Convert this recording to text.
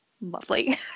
lovely